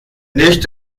nicht